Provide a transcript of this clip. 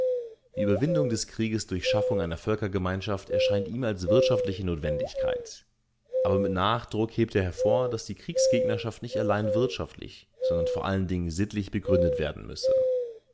die überwindung des krieges durch schaffung einer völkergemeinschaft erscheint ihm als wirtschaftliche notwendigkeit aber mit nachdruck hebt er hervor daß die kriegsgegnerschaft nicht allein wirtschaftlich sondern vor allen dingen sittlich begründet werden müsse